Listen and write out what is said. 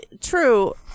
true